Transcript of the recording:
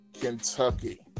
Kentucky